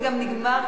גם נגמר,